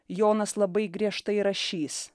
jonas labai griežtai rašys